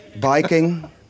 Biking